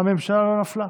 הממשלה לא נפלה,